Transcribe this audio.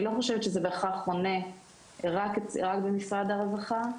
אני לא חושבת שזה בהכרח חונה רק במשרד הרווחה,